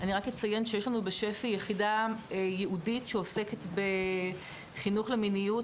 אני רק אציין שיש לנו בשפ"י יחידה ייעודית שעוסקת בחינוך למיניות,